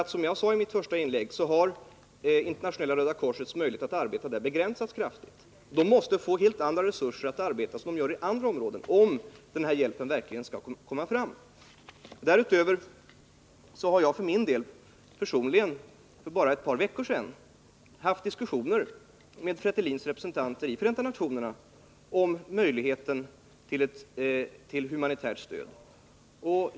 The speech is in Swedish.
Som jag sade i mitt första inlägg har Internationella röda korsets möjligheter att arbeta där begränsats kraftigt. Man måste få helt andra resurser och kunna arbeta på samma sätt som i andra områden om hjälpen verkligen skall kunna komma fram. Jag har själv för bara ett par veckor sedan fört en diskussion med Fretilins representanter i FN om möjligheterna att ge humanitärt stöd till Östra Timor.